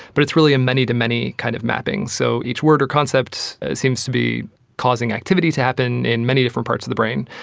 but it's really a many to many kind of mapping. so each word or concept seems to be causing activity to happen in many different parts of the brain,